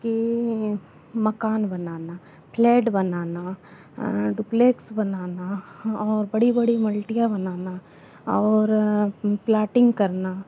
कि मकान बनाना फ्लैट बनाना डुप्लेक्स बनाना और बड़ी बड़ी मल्टिया बनाना और प्लाटिंग करना